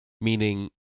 meaning